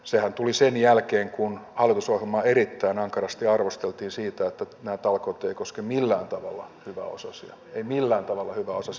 sehän tuli sen jälkeen kun hallitusohjelmaa erittäin ankarasti arvosteltiin siitä että nämä talkoot eivät koske millään tavalla hyväosaisia eivät millään tavalla hyväosaisia